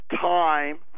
time